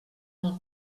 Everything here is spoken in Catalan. del